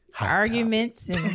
arguments